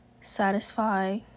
satisfy